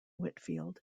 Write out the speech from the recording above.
whitfield